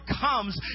comes